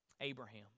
Abraham